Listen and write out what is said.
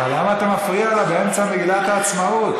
אבל למה אתה מפריע לה באמצע מגילת העצמאות?